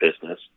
business